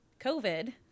covid